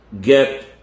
get